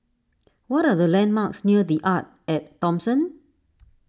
what are the landmarks near the Arte at Thomson